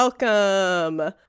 welcome